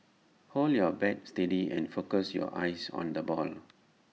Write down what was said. hold your bat steady and focus your eyes on the ball